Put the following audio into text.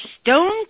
stone